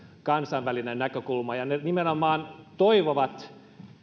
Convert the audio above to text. kansainvälinen näkökulma ne nimenomaan toivovat